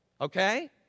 Okay